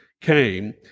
came